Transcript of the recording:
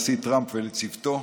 לנשיא טראמפ ולצוותו,